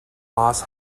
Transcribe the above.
loss